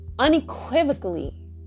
unequivocally